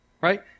right